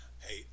hey